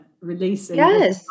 releasing